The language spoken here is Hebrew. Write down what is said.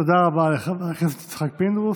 תודה רבה לחבר הכנסת יצחק פינדרוס.